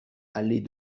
allée